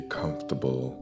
comfortable